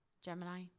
Gemini